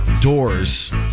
doors